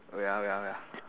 wait ah wait ah wait ah